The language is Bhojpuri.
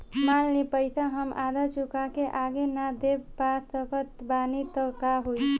मान ली पईसा हम आधा चुका के आगे न दे पा सकत बानी त का होई?